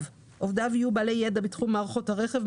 עובדיו יהיו בעלי ידע בתחום מערכות הרכב,